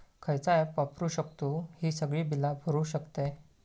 खयचा ऍप वापरू शकतू ही सगळी बीला भरु शकतय?